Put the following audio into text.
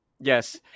Yes